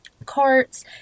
carts